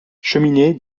cheminée